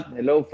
Hello